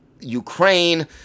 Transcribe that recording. Ukraine